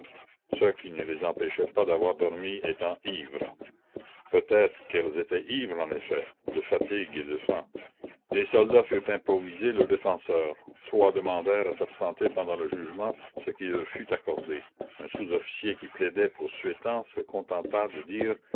ce qui ne les empêchait pas d'avoir dormi étant ivres peut-être qu'elles étaient ivres en effet de fatigue et de faim des soldats furent improvisés leurs défenseurs trois demandèrent à s'absenter pendant le jugement ce qui leur fut accordé un sous-officier qui plaidait pour suétens se contenta de dire